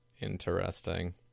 interesting